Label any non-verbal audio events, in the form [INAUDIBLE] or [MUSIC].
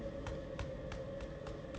[NOISE]